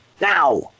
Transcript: now